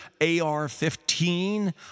AR-15